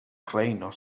reinos